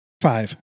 five